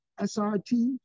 SRT